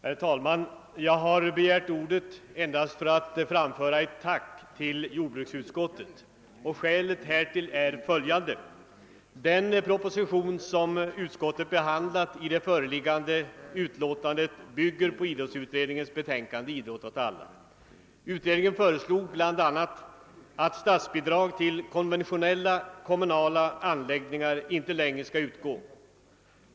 Herr talman! Jag har begärt ordet endast för att framföra ett tack till jordbruksutskottet, och skälet härtill är följande. Den proposition som behandlas i föreliggande utlåtande bygger på idrottsutredningens betänkande Idrott åt alla. Utredningen föreslog bl.a. att statsbidrag till konventionella, kommunala anläggningar inte längre skall utgå.